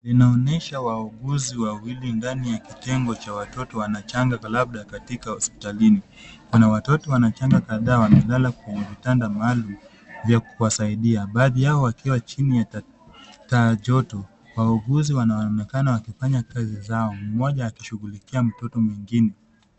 Inaonyesha wauguzi wawili ndani ya kitengo cha watoto wachanga labda katika hospitalini. Kuna watoto wachanga kadhaa wamelala kwenye vitanda maalum vya kuwasaidia. Baadhi yao wakiwa chini ya taa joto, wauguzi wanaonekana wakifanya kazi zao mmoja akishughulikia mtoto mwingine.